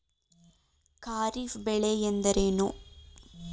ಖಾರಿಫ್ ಬೆಳೆ ಎಂದರೇನು?